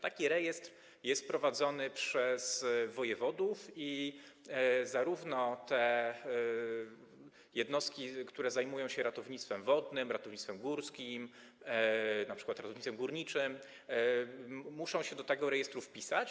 Taki rejestr jest prowadzony przez wojewodów i jednostki, które zajmują się ratownictwem wodnym, ratownictwem górskim, np. ratownictwem górniczym, muszą się do tego rejestru wpisać.